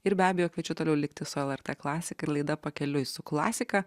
ir be abejo kviečiu toliau likti su lrt klasika ir laida pakeliui su klasika